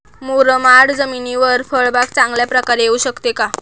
मुरमाड जमिनीवर फळबाग चांगल्या प्रकारे येऊ शकते का?